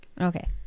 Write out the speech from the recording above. Okay